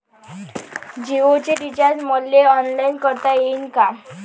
जीओच रिचार्ज मले ऑनलाईन करता येईन का?